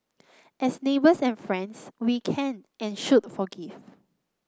as neighbours and friends we can and should forgive